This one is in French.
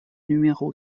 numéro